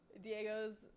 Diego's